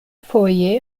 foje